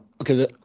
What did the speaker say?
okay